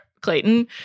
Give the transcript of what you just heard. Clayton